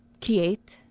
create